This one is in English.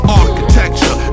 architecture